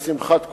לשמחת כולנו.